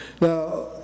Now